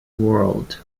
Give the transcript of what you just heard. world